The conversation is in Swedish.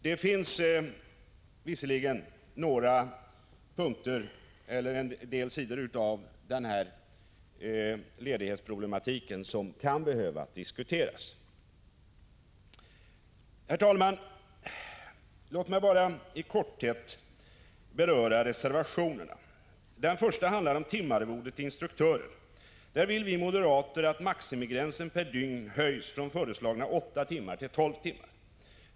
Det finns visserligen några sidor av denna ledighetsproblematik som kan behöva diskuteras, men det kan ske snabbt. Herr talman! Låt mig bara i korthet beröra reservationerna. Den första handlar om timarvode till instruktörer, där vi moderater vill att maximigränsen per dygn höjs från föreslagna åtta timmar till tolv timmar.